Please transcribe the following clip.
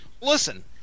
Listen